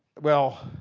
well,